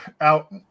out